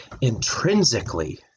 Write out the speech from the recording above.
intrinsically